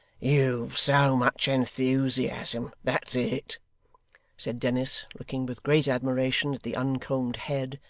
you've so much enthusiasm, that's it said dennis, looking with great admiration at the uncombed head,